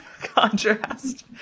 contrast